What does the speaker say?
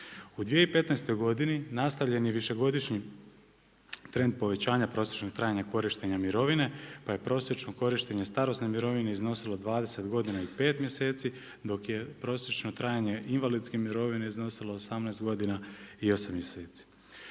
U 2015. godini nastavljen je višegodišnji trend povećanja prosječnog trajanja korištenja mirovine, pa je prosječno korištenje starosno mirovine iznosilo 20 godina i 5 mjeseci, dok je prosječno trajanje invalidske mirovine iznosilo, 18 godina i 8 mjeseci.